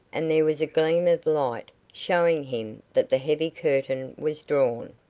and there was a gleam of light, showing him that the heavy curtain was drawn.